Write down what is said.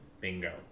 Bingo